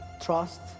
trust